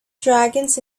dragons